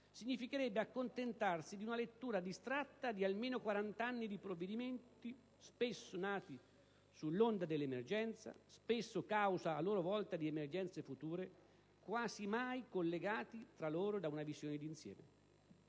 significherebbe accontentarsi di una lettura distratta di almeno 40 anni di provvedimenti, spesso nati sull'onda dell'emergenza, spesso causa a loro volta di emergenze future, quasi mai collegati tra loro da una visione d'insieme.